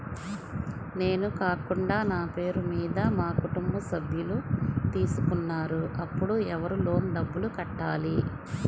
నేను కాకుండా నా పేరు మీద మా కుటుంబ సభ్యులు తీసుకున్నారు అప్పుడు ఎవరు లోన్ డబ్బులు కట్టాలి?